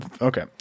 okay